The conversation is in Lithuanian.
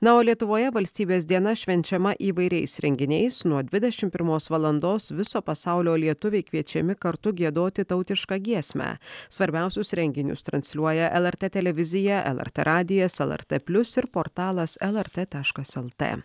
na o lietuvoje valstybės diena švenčiama įvairiais renginiais nuo dvidešim pirmos valandos viso pasaulio lietuviai kviečiami kartu giedoti tautišką giesmę svarbiausius renginius transliuoja lrt televizija lrt radijas lrt plius ir portalas lrt taškas lt